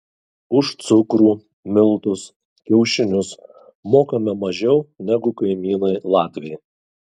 už cukrų miltus kiaušinius mokame mažiau negu kaimynai latviai